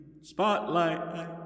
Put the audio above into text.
spotlight